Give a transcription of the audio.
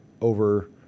over